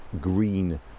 green